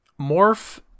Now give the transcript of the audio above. Morph